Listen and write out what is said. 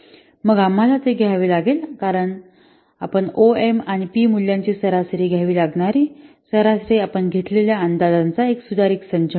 मग आम्हाला ते घ्यावे लागेल कारण आपण ओ एम आणि पी मूल्यांची सरासरी घ्यावी लागणारी सरासरी आपण घेतलेल्या अंदाजांचा एक सुधारित संच मिळतो